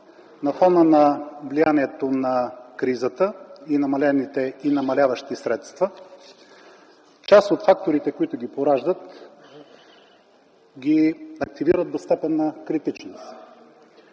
на фона на влиянието на кризата и намалените и намаляващи средства, част от факторите, които ги пораждат, ги активират до степен на критичност.